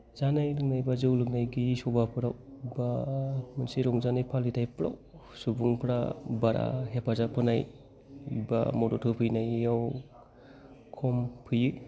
जानाय लोंनाय बा जौ लोंनाय गैयि सभाफोराव बा मोनसे रंजानाय फालिथायफोराव सुबुंफोरा बारा हेफाजाब होनाय बा मदद होफैनायाव खम फैयो